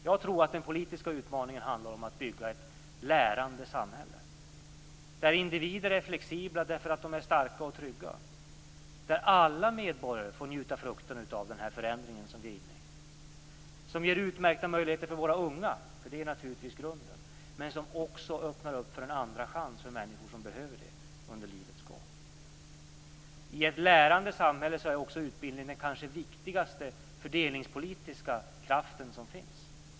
Jag tror att den politiska utmaningen handlar om att bygga ett lärande samhälle där individer är flexibla därför att de är starka och trygga och där alla medborgare får njuta frukterna av den förändring som vi är inne i, som ger utmärkta möjligheter för våra unga - det är naturligtvis grunden - men som också öppnar upp för en andra chans för människor som behöver det under livets gång. I ett lärande samhälle är också utbildning den kanske viktigaste fördelningspolitiska kraften som finns.